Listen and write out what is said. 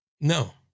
No